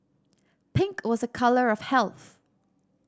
pink was a colour of health